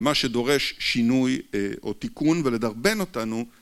מה שדורש שינוי או תיקון, ולדרבן אותנו